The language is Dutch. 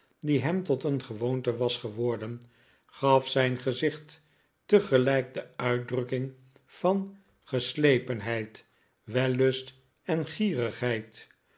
die hem tot een gewoonte was geworden gaf zijn gezicht tegelijk de uitdrukking van geslepenheid wellust en